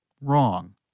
wrong